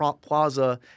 Plaza